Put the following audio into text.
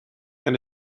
and